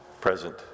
present